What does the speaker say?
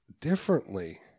differently